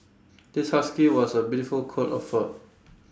this husky was A beautiful coat of fur